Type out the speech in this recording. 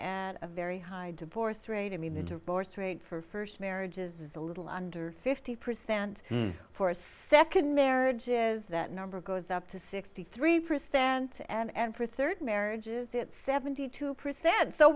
and a very high divorce rate i mean intercourse rate for first marriages is a little under fifty percent for a second marriage is that number goes up to sixty three percent and for third marriages it's seventy two percent so